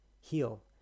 heal